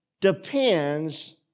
depends